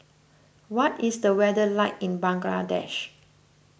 what is the weather like in Bangladesh